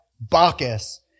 Bacchus